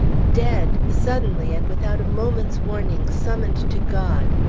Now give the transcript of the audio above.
dead! suddenly and without a moment's warning summoned to god!